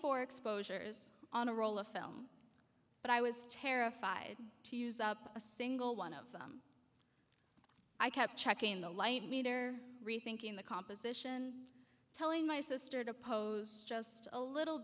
four exposures on a roll of film but i was terrified to use up a single one of them i kept checking the light meter rethinking the composition telling my sister to pose just a little